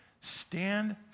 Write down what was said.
stand